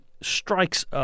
strikes